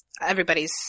everybody's